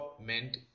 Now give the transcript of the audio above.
meant